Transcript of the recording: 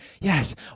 yes